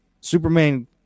Superman